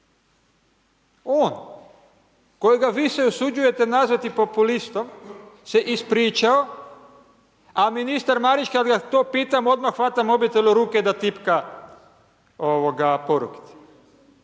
On, kojega vi se usuđujete nazvati populistom se ispričao, a ministar Marić kad ga to pitam odmah hvata mobitel u ruke da tipka porukice.